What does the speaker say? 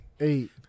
eight